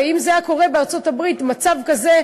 הרי אם זה היה קורה בארצות-הברית, מצב כזה,